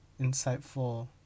insightful